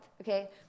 okay